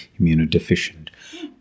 immunodeficient